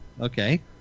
Okay